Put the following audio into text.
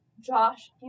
Josh